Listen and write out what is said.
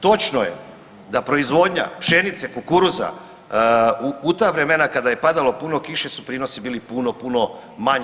Točno je da proizvodnja pšenice, kukuruza u ta vremena kada je padalo puno kiše su prinosi bili puno, puno manji.